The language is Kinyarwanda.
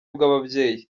bw’ababyeyi